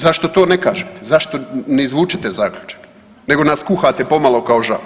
Zašto to ne kažete, zašto ne izvučete zaključak nego nas kuhate pomalo kao žabe?